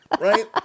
Right